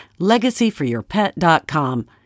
LegacyForYourPet.com